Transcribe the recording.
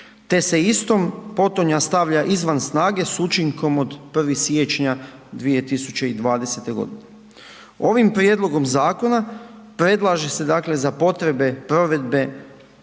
te se istom potonja stavlja izvan snage s učinkom od 1. siječnja 2020. godine. Ovim prijedlogom zakona predlaže se dakle za potrebe provedbe